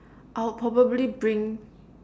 I'll probably bring